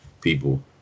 people